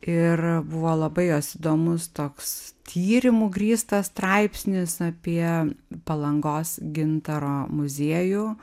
ir buvo labai jos įdomus toks tyrimu grįstas straipsnis apie palangos gintaro muziejų